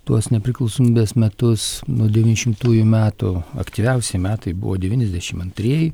tuos nepriklausomybės metus nuo devyni šimtųjų metų aktyviausi metai buvo devyniasdešim antrieji